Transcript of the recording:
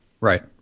Right